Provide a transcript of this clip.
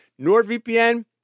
NordVPN